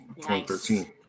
2013